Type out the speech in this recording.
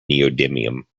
neodymium